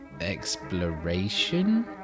exploration